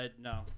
No